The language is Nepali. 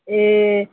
ए